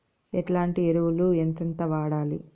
ఎట్లాంటి ఎరువులు ఎంతెంత వాడాలి?